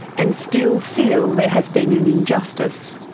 and still feel there has been an injustice.